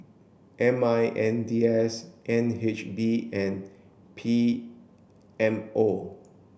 M I N D S N H B and P M O